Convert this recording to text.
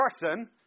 person